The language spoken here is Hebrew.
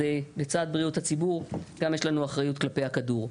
אז לצד בריאות הציבור גם יש לנו אחריות כלפי הכדור.